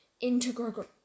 integral